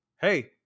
hey